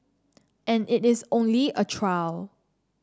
and it is only a trial